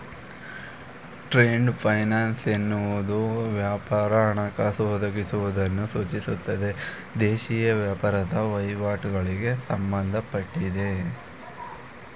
trade finance ಎನ್ನುವುದು ವ್ಯಾಪಾರ ಹಣಕಾಸು ಒದಗಿಸುವುದನ್ನು ಸೂಚಿಸುತ್ತೆ ದೇಶೀಯ ವ್ಯಾಪಾರದ ವಹಿವಾಟುಗಳಿಗೆ ಸಂಬಂಧಪಟ್ಟಿದೆ